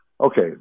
Okay